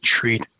treat